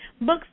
Books